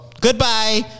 Goodbye